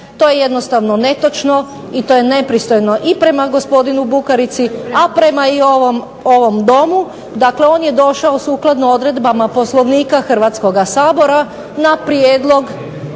To je jednostavno netočno i to je nepristojno i prema gospodinu Bukarici, a i prema ovom Domu. Dakle, on je došao sukladno odredbama Poslovnika Hrvatskoga sabora na prijedlog